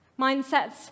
mindsets